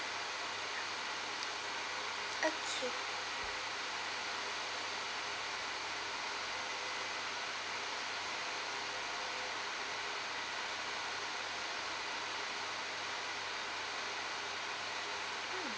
okay